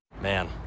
Man